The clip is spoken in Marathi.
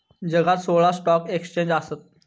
जगात सोळा स्टॉक एक्स्चेंज आसत